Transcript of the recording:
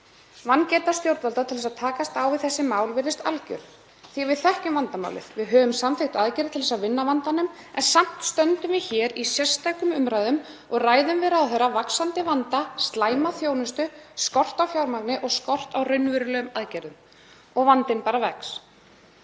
Vangeta stjórnvalda til að takast á við þessi mál virðist alger. Því við þekkjum vandamálið. Við höfum samþykkt aðgerðir til að vinna á vandanum en samt stöndum við hér í sérstökum umræðum og ræðum við ráðherra vaxandi vanda, slæma þjónustu, skort á fjármagni og skort á raunverulegum aðgerðum. Og vandinn bara vex.